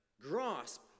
grasp